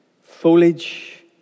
Foliage